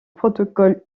protocole